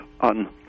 on